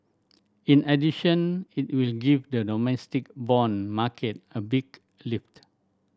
in addition it will give the domestic bond market a big lift